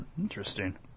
Interesting